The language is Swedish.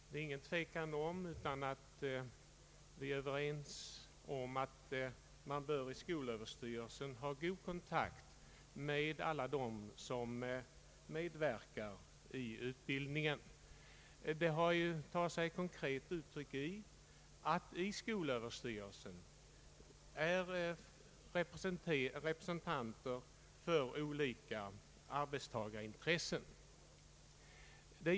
Herr talman! Vi är utan tvivel överens om att skolöverstyrelsen bör ha god kontakt med alla som medverkar i utbildningen. Det tar sig konkret uttryck i att olika arbetstagarintressen är representerade i skolöverstyrelsen.